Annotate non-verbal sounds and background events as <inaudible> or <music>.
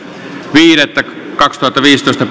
viidettä kaksituhattaviisitoista <unintelligible>